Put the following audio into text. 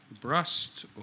Brust